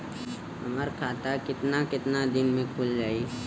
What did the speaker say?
हमर खाता कितना केतना दिन में खुल जाई?